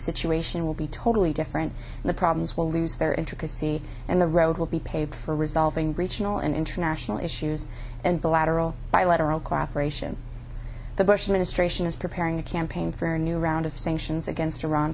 situation will be totally different and the problems will lose their intricacy and the road will be paid for resolving regional and international issues and the lateral bilateral cooperation the bush administration is preparing a campaign for a new round of sanctions against iran